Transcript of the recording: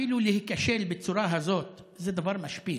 אפילו להיכשל בצורה הזאת זה דבר משפיל,